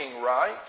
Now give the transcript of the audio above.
right